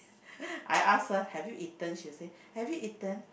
I ask her have you eaten she will said have you eaten